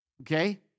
okay